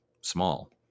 small